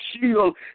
shield